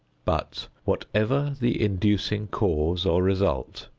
but, whatever the inducing cause or result,